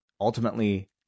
ultimately